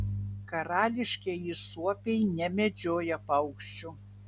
karališkieji suopiai nemedžioja paukščių